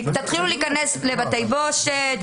גם לבתי בושת.